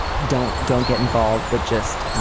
don't don't get involved, but just.